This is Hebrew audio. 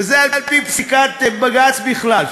וזה על-פי פסיקת בג"ץ בכלל,